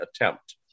attempt